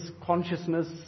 consciousness